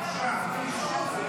חוק-יסוד: